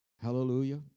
Hallelujah